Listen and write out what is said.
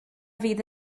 fydd